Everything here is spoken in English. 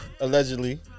allegedly